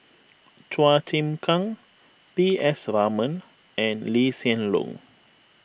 Chua Chim Kang P S Raman and Lee Hsien Loong